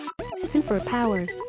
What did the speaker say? Superpowers